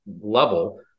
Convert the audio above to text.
level